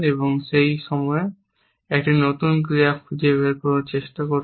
এবং সেই সময়ে একটি নতুন ক্রিয়া খুঁজে বের করার চেষ্টা করুন